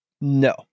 No